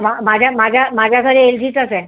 मा माझ्या माझ्या माझ्याकडे एल जीचाच आहे